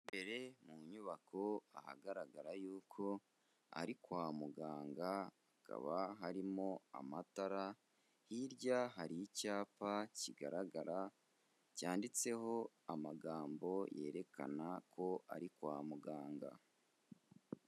Imbere mu nyubako ahagaragara yuko ari kwa muganga hakaba harimo amatara, hirya hari icyapa kigaragara cyanditseho amagambo yerekana ko ari kwa muganga.